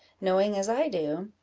knowing, as i do,